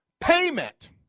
payment